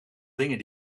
dingen